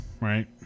right